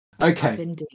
okay